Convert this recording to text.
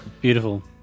Beautiful